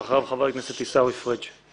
ואחריו חבר הכנסת עיסאווי פריג'.